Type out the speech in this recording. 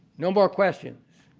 no more questions.